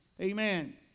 Amen